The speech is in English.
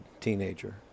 teenager